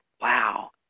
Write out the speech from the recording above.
wow